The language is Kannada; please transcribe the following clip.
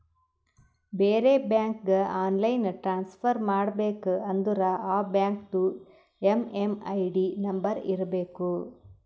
ಬೇರೆ ಬ್ಯಾಂಕ್ಗ ಆನ್ಲೈನ್ ಟ್ರಾನ್ಸಫರ್ ಮಾಡಬೇಕ ಅಂದುರ್ ಆ ಬ್ಯಾಂಕ್ದು ಎಮ್.ಎಮ್.ಐ.ಡಿ ನಂಬರ್ ಇರಬೇಕ